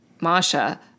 Masha